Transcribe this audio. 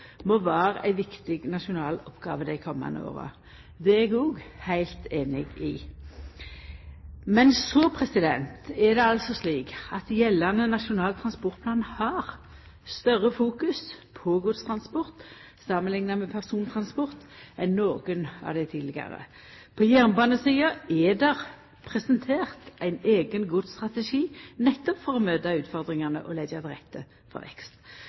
må vera ei viktig nasjonal oppgåve dei komande åra. Det er eg òg heilt einig i. Gjeldande Nasjonal transportplan har større fokus på godstransport samanlikna med persontransport enn nokon av dei tidlegare. På jernbanesida er det presentert ein eigen godsstrategi nettopp for å møta utfordringane og leggja til rette for vekst.